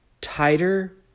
tighter